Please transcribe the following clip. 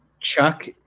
Chuck